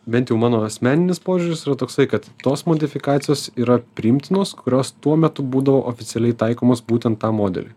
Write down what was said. bent jau mano asmeninis požiūris toksai kad tos modifikacijos yra priimtinos kurios tuo metu būdavo oficialiai taikomos būtent tam modeliui